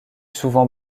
souvent